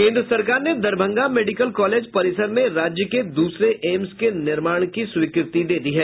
केंद्र सरकार ने दरभंगा मेडिकल कॉलेज परिसर में राज्य के दूसरे एम्स के निर्माण की स्वीकृति दे दी है